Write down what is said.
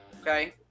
Okay